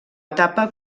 etapa